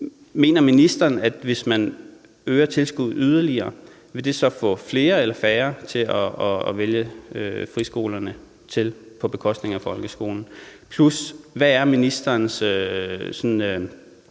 er ministerens holdning? Hvis man øger tilskuddet, vil det så få flere eller færre til at vælge friskolerne til på bekostning af folkeskolen? Og hvad er ministerens